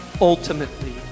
Ultimately